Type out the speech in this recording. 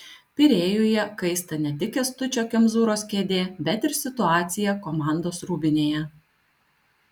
pirėjuje kaista ne tik kęstučio kemzūros kėdė bet ir situacija komandos rūbinėje